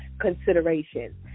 consideration